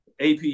AP